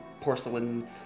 porcelain